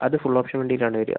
അത് full option വണ്ടിയിൽ ആണ് വരുക